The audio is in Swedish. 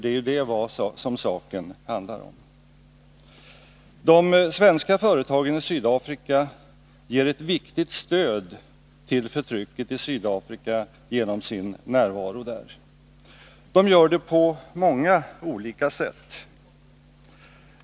Det är nämligen vad saken handlar om. De svenska företagen i Sydafrika ger ett viktigt stöd till förtrycket i Sydafrika genom sin närvaro där. Och de gör det på många olika sätt.